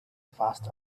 fast